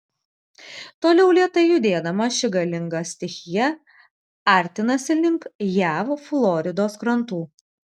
toliau lėtai judėdama ši galinga stichija artinasi link jav floridos krantų